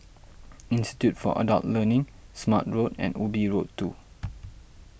Institute for Adult Learning Smart Road and Ubi Road two